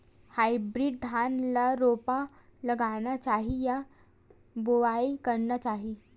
Hybrid धान ल रोपा लगाना चाही या बोआई करना चाही?